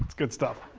good stuff,